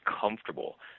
comfortable